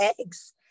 eggs